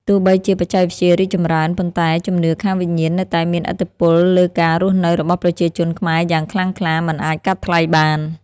ទោះបីជាបច្ចេកវិទ្យារីកចម្រើន ប៉ុន្តែជំនឿខាងវិញ្ញាណនៅតែមានឥទ្ធិពលលើការរស់នៅរបស់ប្រជាជនខ្មែរយ៉ាងខ្លាំងក្លាមិនអាចកាត់ថ្លៃបាន។